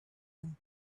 them